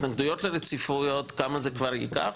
התנגדויות לרציפויות שכמה זמן זה ייקח,